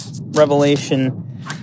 Revelation